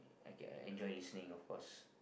I can enjoy listening of course